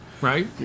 Right